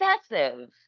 obsessive